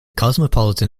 cosmopolitan